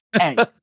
hey